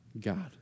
God